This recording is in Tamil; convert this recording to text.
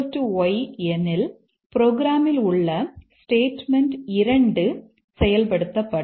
y எனில் புரோகிராமில் உள்ள ஸ்டேட்மெண்ட் 2 செயல்படுத்தப்படும்